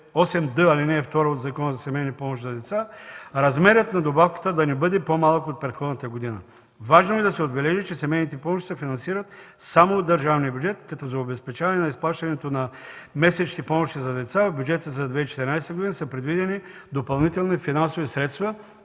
в чл. 8д, ал. 2 от Закона за семейните помощи за деца – размерът на добавката да не бъде по-малък от предходната година. Важното е да се отбележи, че семейните помощи се финансират само от държавния бюджет, като за обезпечаване на изплащането на месечните помощи за деца в бюджета за 2014 г. са предвидени допълнителни финансови средства